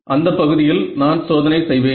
அந்த பகுதியில் நான் சோதனை செய்வேன்